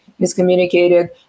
miscommunicated